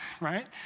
right